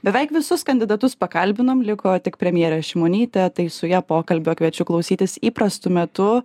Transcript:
beveik visus kandidatus pakalbinom liko tik premjerė šimonytė tai su ja pokalbio kviečiu klausytis įprastu metu